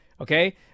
Okay